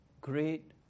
great